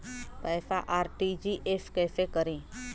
पैसा आर.टी.जी.एस कैसे करी?